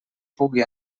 pugui